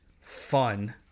fun